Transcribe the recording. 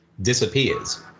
Disappears